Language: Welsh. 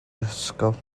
ysgol